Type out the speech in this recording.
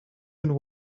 and